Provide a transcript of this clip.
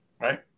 right